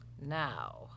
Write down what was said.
Now